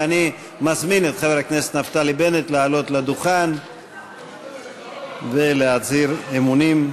ואני מזמין את חבר הכנסת נפתלי בנט לעלות לדוכן ולהצהיר אמונים.